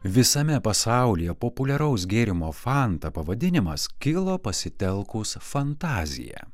visame pasaulyje populiaraus gėrimo fanta pavadinimas kilo pasitelkus fantaziją